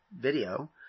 video